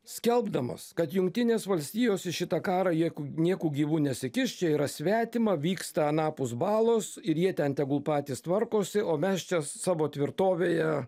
skelbdamas kad jungtinės valstijos į šitą karą jieku nieku gyvu nesikiš čia yra svetima vyksta anapus balos ir jie ten tegul patys tvarkosi o mes čia savo tvirtovėje